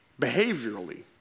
behaviorally